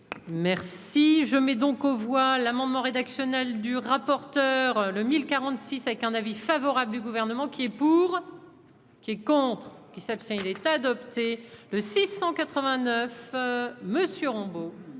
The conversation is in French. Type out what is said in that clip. merci je mets donc aux voix l'amendement rédactionnel du rapporteur le 1046 avec un avis favorable du gouvernement qui est pour. Qui est contre qui s'abstient, il est adopté. Le six cent